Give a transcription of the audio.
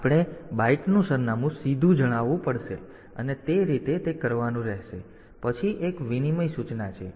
તેથી આપણે બાઈટનું સરનામું સીધું જણાવવું પડશે અને તે રીતે તે કરવાનું રહેશે પછી એક વિનિમય સૂચના છે